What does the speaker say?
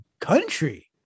country